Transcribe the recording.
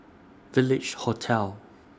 Village Hotel